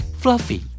fluffy